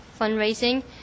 fundraising